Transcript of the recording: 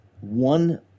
one